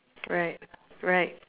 right right